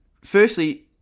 Firstly